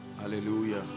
Hallelujah